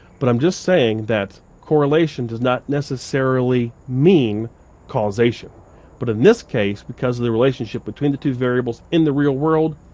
but i'm just saying that correlation does not necessarily mean causation but in this case because of the relationship between the two variables in the real world,